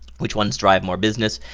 which ones drive more business,